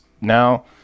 now